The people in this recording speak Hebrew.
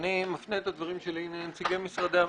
אני מפנה את הדברים שלי לנציגי משרדי הממשלה: